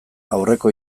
aurreko